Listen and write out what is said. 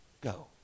go